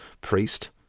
priest